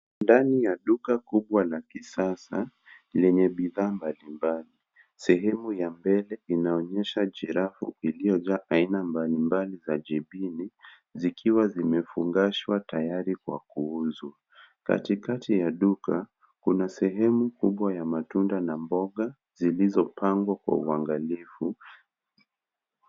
Ndani ya duka kubwa la kisasa lenye bidhaa mbalimbali. Sehemu ya mbele inaonyesha jerafu iliyojaa aina mbalimbali za jipini zikiwa zimefukangazwa tayari kwa kuuzwa. Katikati ya duka kuna sehemu kubwa ya matunda na mboga zilizopangwa kwa uangalifu.